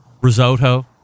risotto